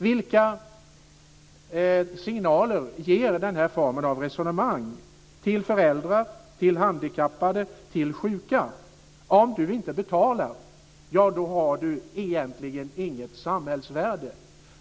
Vilka signaler ger denna form av resonemang till föräldrar, till handikappade och till sjuka - om man inte betalar så har man egentligen inget samhällsvärde?